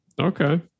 Okay